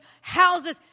houses